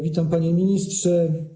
Witam, panie ministrze.